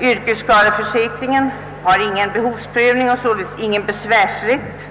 yrkesskadeförsäkringen utan behovsprövning, och det finns alltså ingen besvärsrätt.